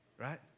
right